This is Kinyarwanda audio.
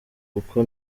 kuko